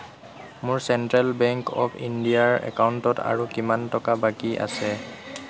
মোৰ central bank of ইণ্ডিয়াৰ একাউণ্টত আৰু কিমান টকা বাকী আছে